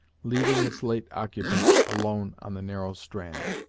leaving its late occupant alone on the narrow strand.